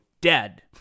dead